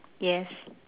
yes